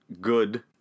good